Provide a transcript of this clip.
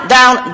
Down